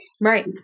Right